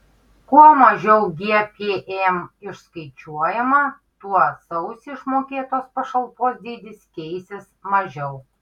kuo mažiau gpm išskaičiuojama tuo sausį išmokėtos pašalpos dydis keisis mažiau